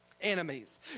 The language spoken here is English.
Enemies